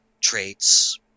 traits